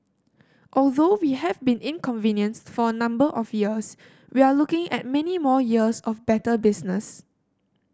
although we have been inconvenienced for a number of years we are looking at many more years of better business